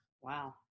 Wow